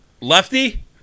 lefty